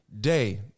day